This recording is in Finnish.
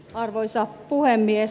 arvoisa puhemies